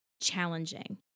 challenging